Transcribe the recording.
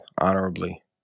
honorably